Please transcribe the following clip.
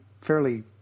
fairly